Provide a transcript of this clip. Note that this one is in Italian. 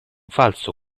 falso